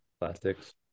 Plastics